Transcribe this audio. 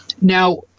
Now